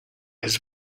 his